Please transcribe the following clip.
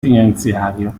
finanziario